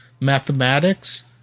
Mathematics